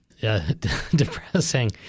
depressing